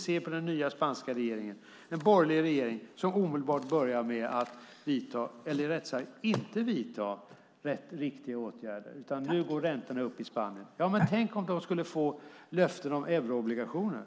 Den nya spanska regeringen är en borgerlig regering som inte omedelbart vidtar riktiga åtgärder. Nu går räntorna upp i Spanien. Tänk om de skulle få löften om euroobligationer.